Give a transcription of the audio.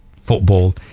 football